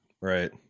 Right